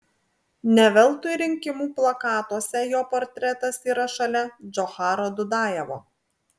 ne veltui rinkimų plakatuose jo portretas yra šalia džocharo dudajevo